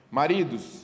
maridos